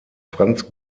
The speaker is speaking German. franz